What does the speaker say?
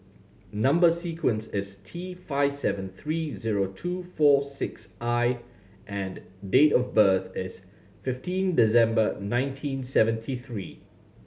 number sequence is T five seven three zero two four six I and date of birth is fifteen December nineteen seventy three